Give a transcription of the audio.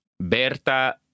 Berta